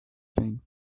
thing